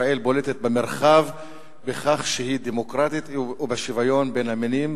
ישראל בולטת במרחב בכך שהיא דמוקרטית ובשוויון בין המינים,